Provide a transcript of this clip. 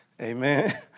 Amen